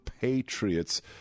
patriots